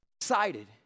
excited